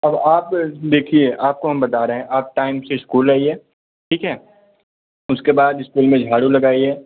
अब आप जो है देखिए आपको हम बता रहे हैं आप टाइम से स्कूल आइए ठीक है उसके बाद स्कूल में झाड़ू लगाइए